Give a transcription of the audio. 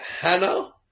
Hannah